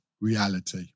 Reality